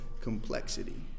complexity